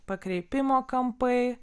pakreipimo kampai